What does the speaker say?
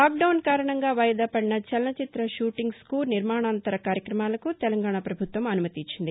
lockdown కారణంగా వాయిదా పడిన చలనచిత్ర షూటింగ్స్కు నిర్మాణానంతర కార్యక్రమాలకు తెలంగాణ ప్రభుత్వం అనుమతి ఇచ్చింది